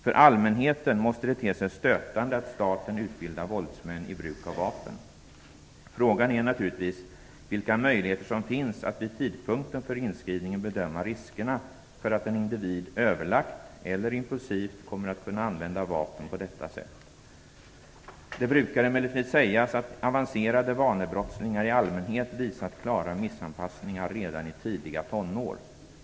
För allmänheten måste det te sig stötande att staten utbildar våldsmän i bruk av vapen. Frågan är naturligtvis vilka möjligheter som finns att vid tidpunkten för inskrivningen bedöma riskerna för att en individ överlagt eller impulsivt kommer att kunna använda vapen på detta sätt. Det brukar emellertid sägas att avancerade vanebrottslingar i allmänhet visat klara missanpassningar redan i tidiga tonår.